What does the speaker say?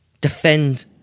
defend